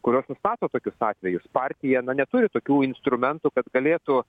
kurios nustato tokius atvejus partija na neturi tokių instrumentų kad galėtų